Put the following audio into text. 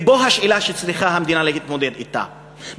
ופה השאלה שהמדינה צריכה להתמודד אתה,